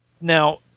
now